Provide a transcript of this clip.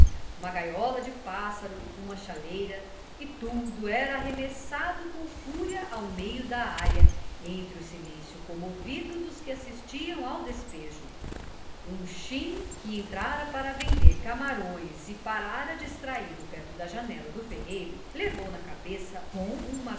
uma gaiola de pássaros uma chaleira e tudo era arremessado com fúria ao meio da área entre o silêncio comovido dos que assistiam ao despejo um chim que entrara para vender camarões e parara distraído perto da janela do ferreiro levou na cabeça com uma